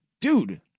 dude